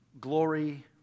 glory